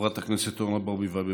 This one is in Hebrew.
חברת הכנסת אורנה ברביבאי,